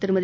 திருமதி